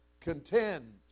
contend